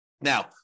Now